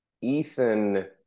Ethan